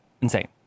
insane